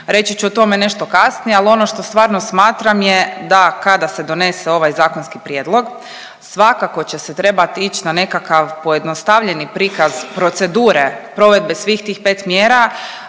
reći ću o tome nešto kasnije. Ali ono što stvarno smatram da kada se donese ovaj zakonski prijedlog svakako će se trebat ić na nekakav pojednostavljeni prikaz procedure provedbe svih tih pet mjera